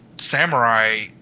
Samurai